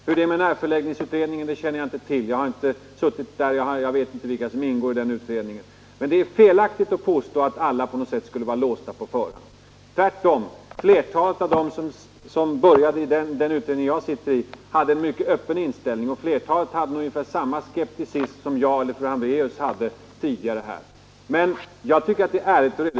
Hur det är med närförläggningsutredningen känner jag inte till — jag har inte suttit med i den, och jag vet inte vilka som tillhör den. Men det är felaktigt att påstå att alla på något sätt skulle vara låsta på förhand. Tvärtom, flertalet av dem som började i den utredning jag sitter i hade en mycket öppen inställning, och de flesta hade nog ungefär samma skepticism som jag och fru Hambraeus har haft förut.